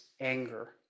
anger